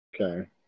Okay